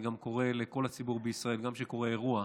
אני גם קורא לכל הציבור בישראל: גם כשקורה אירוע,